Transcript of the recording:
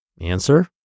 Answer